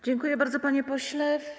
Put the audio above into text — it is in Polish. Dziękuję bardzo, panie pośle.